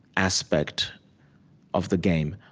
aspect of the game,